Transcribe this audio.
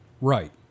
Right